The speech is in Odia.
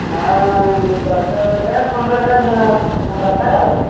ଆଉ ଦଶହଜାର ପନ୍ଦରହଜାର ଦରକାର ଆଉ